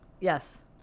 Yes